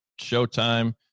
Showtime